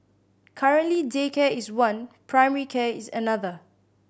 currently daycare is one primary care is another